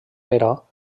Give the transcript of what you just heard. però